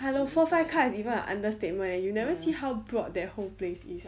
hello four five cars is even an understatement eh you never see how broad that whole place is